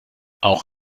auch